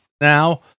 now